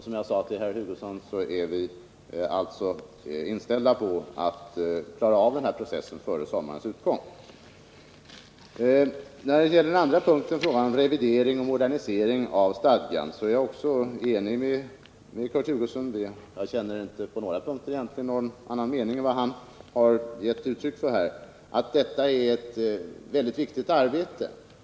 Som jag sade till herr Hugosson, är vi inställda på att klara av den här processen före sommaren. När det gäller den andra punkten, frågan om revidering och modernisering av stadgan, är jag också enig med Kurt Hugosson — jag har inte på några punkter egentligen någon annan mening än den han har gett uttryck åt här — om att det är ett mycket viktigt arbete.